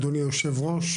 אדוני היושב-ראש,